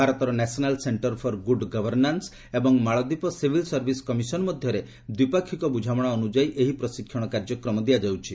ଭାରତର national centre for good governance ଏବଂ ମାଳଦ୍ୱୀପ ସିଭିଲସର୍ଭିସ କମିଶନ ମଧ୍ୟରେ ଦ୍ୱିପାକ୍ଷିକ ବୁଝାମଣା ଅନ୍ଦ୍ରଯାୟୀ ଏହି ପ୍ରଶିକ୍ଷଣ କାର୍ଯ୍ୟକ୍ରମ ଦିଆଯାଉଛି